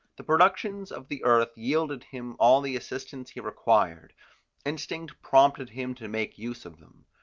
the productions of the earth yielded him all the assistance he required instinct prompted him to make use of them.